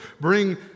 Bring